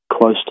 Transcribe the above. close